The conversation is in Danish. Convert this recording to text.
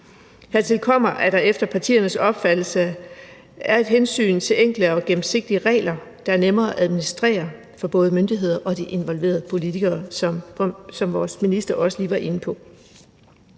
Hertil kommer, at der efter partiernes opfattelse skal tages hensyn til, at reglerne er enkle og gennemsigtige, så de er nemme at administrere for både myndigheder og de involverede politikere, som vores minister også lige var inde på.